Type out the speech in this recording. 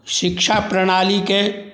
शिक्षा प्रणालीके